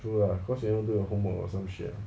true lah cause you never do your homework or some shit lah